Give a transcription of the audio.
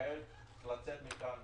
חייבת לצאת מכאן